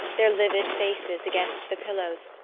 their livid faces against the pillows,